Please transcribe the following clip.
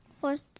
Fourth